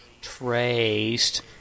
traced